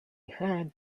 heard